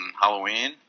Halloween